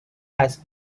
has